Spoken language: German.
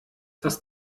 das